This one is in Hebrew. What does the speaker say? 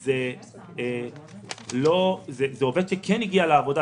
זה עובד שכן הגיע לעבודה,